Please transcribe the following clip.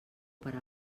per